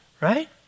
right